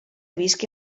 visqui